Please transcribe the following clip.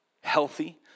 healthy